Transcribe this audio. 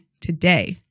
today